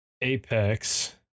Apex